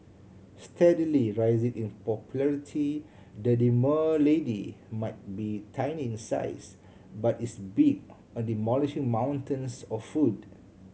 steadily rising in popularity the demure lady might be tiny in size but is big on demolishing mountains of food